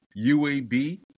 UAB